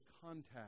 contact